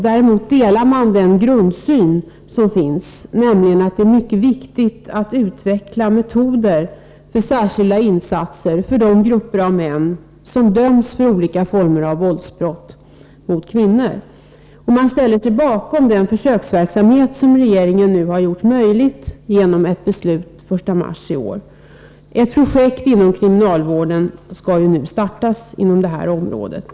Däremot delar utskottet grundsynen, nämligen att det är mycket viktigt att utveckla metoder för särskilda insatser för de grupper av män som dömts för olika former av våldsbrott mot kvinnor. Man ställer sig bakom den försöksverksamhet som regeringen möjliggjort genom ett beslut den 1 mars i år. Ett projekt inom kriminalvården skall nu startas på det här området.